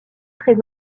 très